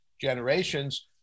generations